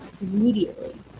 immediately